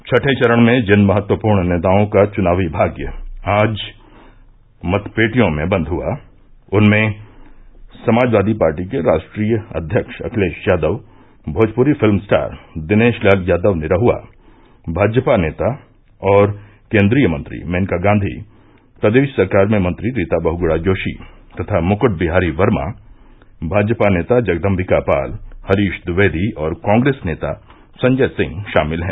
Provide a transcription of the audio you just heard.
छठें चरण में जिन महत्वपूर्ण नेताओं का चुनावी भाग्य मत पेटियों में बन्द हुआ उनमें समाजवादी पार्टी के राश्ट्रीय अध्यक्ष अखिलेष यादव भोजपुरी फिल्म स्टार दिनेष लाल यादव निरहुआ भाजपा नेता और कोन्द्रीय मंत्री मेनका गांधी प्रदेष सरकार में मंत्री रीता बहुगुणा जोषी तथा मुकुट बिहारी वर्मा भाजपा नेता जगदम्बिका पाल हरीष द्विवेदी और कॉग्रेस नेता संजय सिंह षामिल हैं